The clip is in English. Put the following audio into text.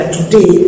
Today